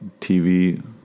TV